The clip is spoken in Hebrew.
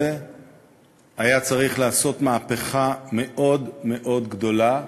היה צריך לעשות מהפכה מאוד מאוד גדולה,